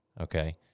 Okay